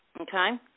okay